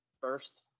first